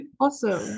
awesome